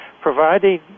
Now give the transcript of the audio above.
providing